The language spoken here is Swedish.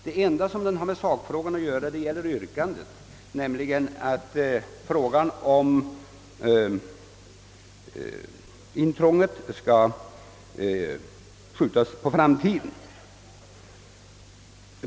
Det enda i motionen som har med sakfrågan att göra är yrkandet, som innebär att avgörandet om intrånget skall skjutas på framtiden.